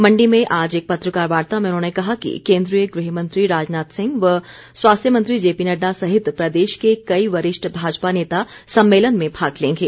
मण्डी में आज एक पत्रकार वार्ता में उन्होंने कहा कि केन्द्रीय गृह मंत्री राजनाथ सिंह व स्वास्थ्य मंत्री जेपी नड्डा सहित प्रदेश के कई वरिष्ठ भाजपा नेता सम्मेलन में भाग लेंगे